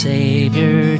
Savior